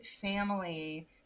family